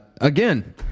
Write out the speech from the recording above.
Again